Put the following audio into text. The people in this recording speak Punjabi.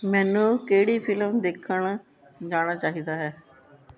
ਮੈਨੂੰ ਕਿਹੜੀ ਫਿਲਮ ਦੇਖਣ ਜਾਣਾ ਚਾਹੀਦਾ ਹੈ